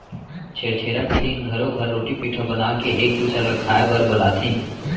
छेरछेरा के दिन घरो घर रोटी पिठा बनाके एक दूसर ल खाए बर बलाथे